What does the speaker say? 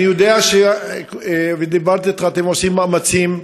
אני יודע, וגם דיברתי אתך, אתם עושים מאמצים.